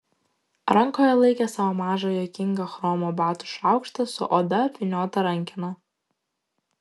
rankoje laikė savo mažą juokingą chromo batų šaukštą su oda apvyniota rankena